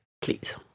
Please